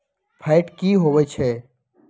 Fat की होवछै?